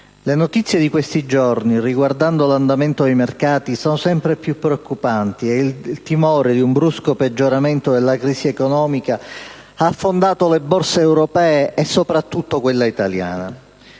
Le notizie di questi giorni riguardo l'andamento dei mercati sono sempre più preoccupanti e il timore di un brusco peggioramento della crisi economica ha affondato le borse europee, soprattutto quella italiana.